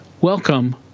welcome